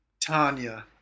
Tanya